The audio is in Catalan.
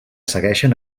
segueixen